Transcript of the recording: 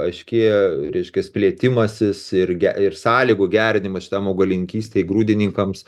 aiškėja reiškias plėtimasis ir ge ir sąlygų gerinimas šitam augalininkystei grūdininkams